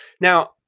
Now